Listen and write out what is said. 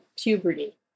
puberty